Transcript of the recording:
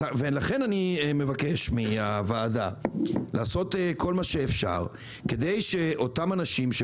לכן אני מבקש מהוועדה לעשות כל מה שאפשר כדי שאותם אנשים,